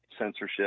censorship